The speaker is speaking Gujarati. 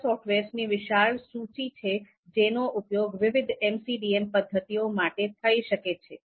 એવા સોફ્ટવેર ની વિશાળ સૂચિ છે જેનો ઉપયોગ વિવિધ MCDM પદ્ધતિઓ માટે થઈ શકે છે